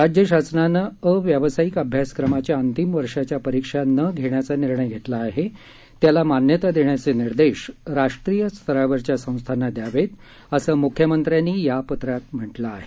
राज्य शासनानं अव्यावसायिक अभ्यासक्रमाच्या अंतिम वर्षाच्या परिक्षा न घेण्याचा निर्णय घेतला आहे त्याला मान्यता देण्याचे निर्देश राष्ट्रीय स्तरावरच्या संस्थांना द्यावेत असं म्ख्यमंत्र्यांनी या पत्रात म्हटलं आहे